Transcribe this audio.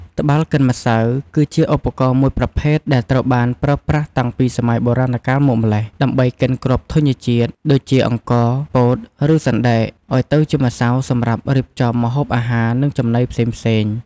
ត្បាល់កិនម្សៅ គឺជាឧបករណ៍មួយប្រភេទដែលត្រូវបានប្រើប្រាស់តាំងពីសម័យបុរាណកាលមកម្ល៉េះ ដើម្បីកិនគ្រាប់ធញ្ញជាតិ ដូចជាអង្ករ ពោត ឬសណ្ដែក ឲ្យទៅជាម្សៅសម្រាប់រៀបចំម្ហូបអាហារ និងនំចំណីផ្សេងៗ។